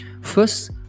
First